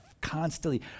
constantly